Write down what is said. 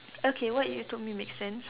okay what you told me makes sense